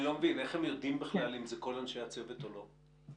איך הם יודעים בכלל אם זה כל אנשי הצוות או לא?